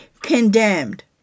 condemned